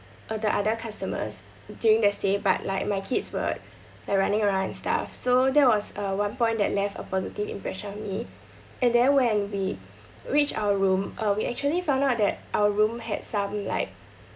uh the other customers during their stay but like my kids were they're running around and stuff so that was a one point that left a positive impression on me and then when we reach our room uh we actually found out that our room had some like